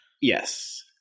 Yes